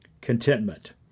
Contentment